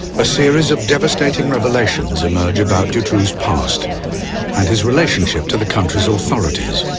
a series of devastating revelations emerged about dutroux's past and his relationship to the country's authorities.